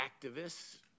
activists